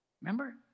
Remember